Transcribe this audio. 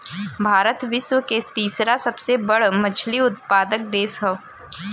भारत विश्व के तीसरा सबसे बड़ मछली उत्पादक देश ह